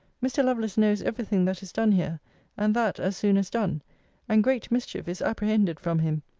mr. lovelace knows every thing that is done here and that as soon as done and great mischief is apprehended from him,